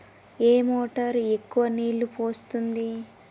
ఏ motor ఎక్కువ నీళ్లు పోస్తుంది?